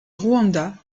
rwanda